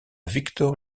victor